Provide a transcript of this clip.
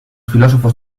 filósofos